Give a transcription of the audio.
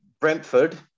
Brentford